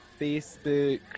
Facebook